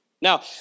Now